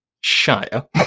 Shire